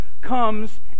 comes